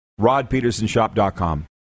rodpetersonshop.com